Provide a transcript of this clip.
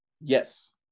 Yes